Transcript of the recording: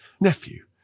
nephew